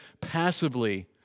passively